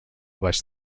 baix